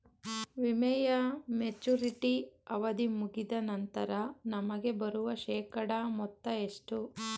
ವಿಮೆಯ ಮೆಚುರಿಟಿ ಅವಧಿ ಮುಗಿದ ನಂತರ ನಮಗೆ ಬರುವ ಶೇಕಡಾ ಮೊತ್ತ ಎಷ್ಟು?